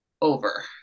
Over